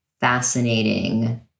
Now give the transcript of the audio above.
fascinating